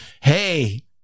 Hey